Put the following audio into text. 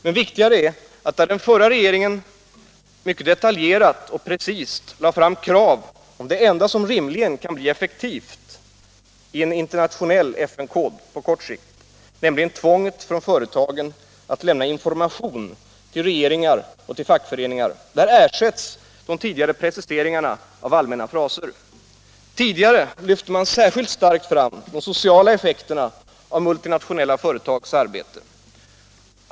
Men viktigare är att där den förra regeringen mycket detaljerat och precist lade fram krav om det enda som rimligen kan bli effektivt i en internationell FN-kod på kort sikt — nämligen tvånget för företagen att lämna information till regeringar och till fackföreningar — där ersätts de tidigare preciseringarna av allmänna fraser. Tidigare lyfte man särskilt starkt fram de sociala effekterna av de multinationella företagens arbete.